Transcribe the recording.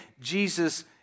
Jesus